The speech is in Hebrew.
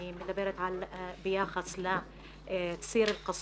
אני מדברת על ציר אלקסום,